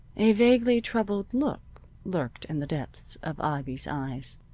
a vaguely troubled look lurked in the depths of ivy's eyes.